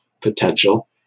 potential